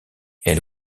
elle